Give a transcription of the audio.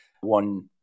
One